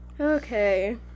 okay